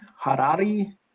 Harari